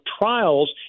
trials